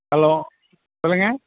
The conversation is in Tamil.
ஹலோ சொல்லுங்கள்